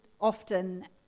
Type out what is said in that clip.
often